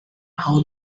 how